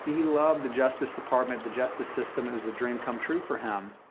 he loved the justice department, the justice system. it was a dream come true for him.